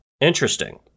Interesting